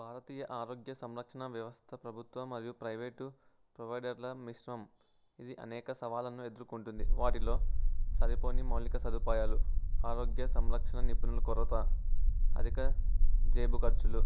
భారతీయ ఆరోగ్య సంరక్షణ వ్యవస్థ ప్రభుత్వం మరియు ప్రైవేటు ప్రొవైడర్ల మిశ్రమం ఇది అనేక సవాలను ఎదుర్కొంటుంది వాటిలో సరిపోని మౌలిక సదుపాయాలు ఆరోగ్య సంరక్షణ నిపుణల కొరత అధిక జేబు ఖర్చులు